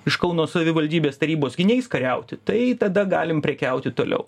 iš kauno savivaldybės tarybos gi neis kariauti tai tada galim prekiauti toliau